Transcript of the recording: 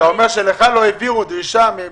אתה אומר שלך לא העבירו דרישה?